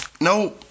No